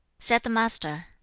said the master,